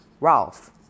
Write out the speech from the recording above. Ralph